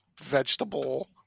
vegetable –